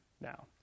now